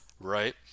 right